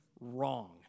wrong